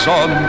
on